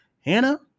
Hannah